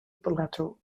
plateau